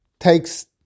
Takes